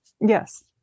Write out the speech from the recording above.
Yes